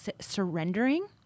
surrendering